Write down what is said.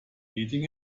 eating